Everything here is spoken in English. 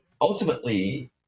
ultimately